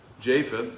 Japheth